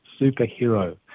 superhero